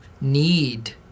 need